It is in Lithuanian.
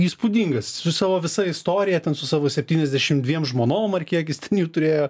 įspūdingas su savo visa istorija su savo septyniasdešimt dviem žmonom ar kiek jis ten jų turėjo